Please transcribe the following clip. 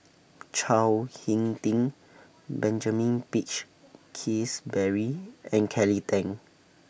Chao Hick Tin Benjamin Peach Keasberry and Kelly Tang